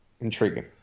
intriguing